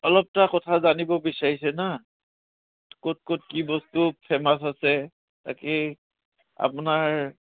অলপটা কথা জানিব বিচাৰিছে না ক'ত ক'ত কি বস্তু ফেমাছ আছে বাকী আপোনাৰ